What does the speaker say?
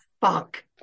fuck